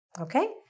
Okay